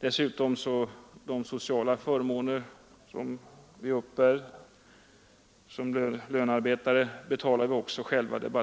Dessutom betalar vi själva de sociala förmåner som vi uppbär som lönearbetare, men